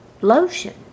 lotion